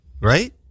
right